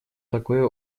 такое